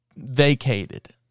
vacated